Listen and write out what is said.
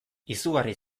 izugarri